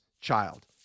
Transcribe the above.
Child